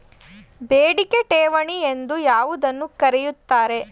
ಬೇಡಿಕೆ ಠೇವಣಿ ಎಂದು ಯಾವುದನ್ನು ಕರೆಯುತ್ತಾರೆ?